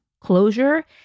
Closure